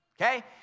okay